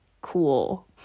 cool